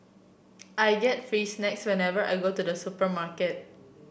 I get free snacks whenever I go to the supermarket